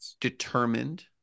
determined